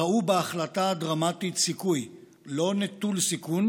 ראו בהחלטה הדרמטית סיכוי לא נטול סיכון